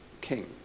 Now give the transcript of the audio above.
king